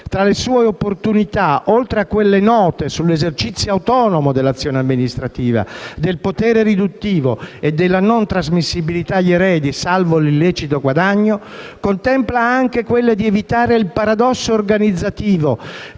tra le sue opportunità, oltre a quelle note sull'esercizio autonomo dell'azione amministrativa, del potere riduttivo e della non trasmissibilità agli eredi, salvo l'illecito guadagno, contempla anche quella di evitare il paradosso organizzativo